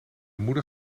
moeder